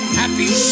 happy